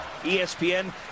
ESPN